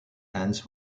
ends